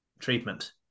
treatment